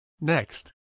Next